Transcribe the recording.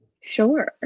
Sure